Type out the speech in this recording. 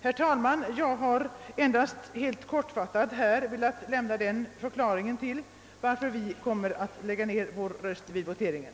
Herr talman! Jag har endast helt kortfattat velat lämna denna förklaring till varför vi kommer att lägga ned våra röster vid voteringen.